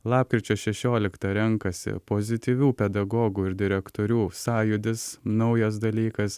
lapkričio šešioliktą renkasi pozityvių pedagogų ir direktorių sąjūdis naujas dalykas